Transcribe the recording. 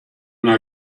una